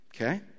Okay